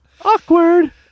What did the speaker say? Awkward